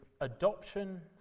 adoption